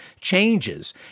changes